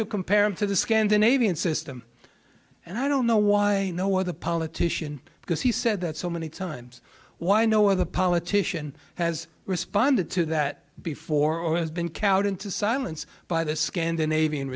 you compare him to the scandinavian system and i don't know why i know what the politician because he said that so many times why no other politician has responded to that before it's been cowed into silence by the scandinavian